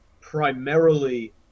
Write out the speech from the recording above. primarily